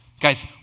Guys